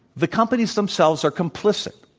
the companies themselves are complicit.